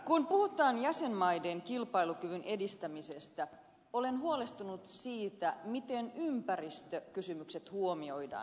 kun puhutaan jäsenmaiden kilpailukyvyn edistämisestä olen huolestunut siitä miten ympäristökysymykset huomioidaan